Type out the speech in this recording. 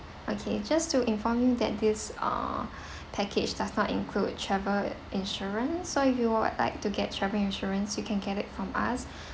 okay just to inform you that this uh package does not include travel insurance so if you would like to get travel insurance you can get it from us